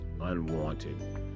unwanted